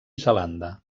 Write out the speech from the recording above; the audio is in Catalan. zelanda